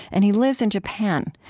and he lives in japan.